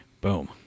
Boom